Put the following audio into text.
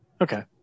Okay